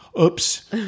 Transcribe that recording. Oops